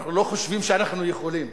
אנחנו לא חושבים שאנחנו יכולים